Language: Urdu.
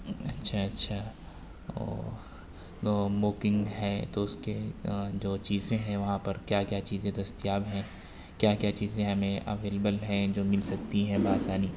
اچھا اچھا اوہ تو بکنگ ہے تو اس کے جو چیزیں ہیں وہاں پر کیا کیا چیزیں دستیاب ہیں کیا کیا چیزیں ہمیں اویلیبل ہیں جو مل سکتی ہیں بآسانی